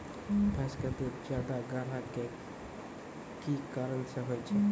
भैंस के दूध ज्यादा गाढ़ा के कि कारण से होय छै?